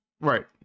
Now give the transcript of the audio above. right